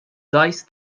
dice